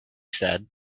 said